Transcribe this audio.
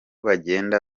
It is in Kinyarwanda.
bagenda